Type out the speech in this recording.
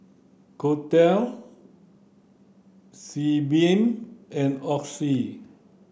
Kordel Sebamed and Oxy